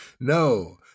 No